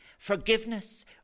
Forgiveness